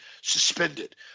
suspended